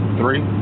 three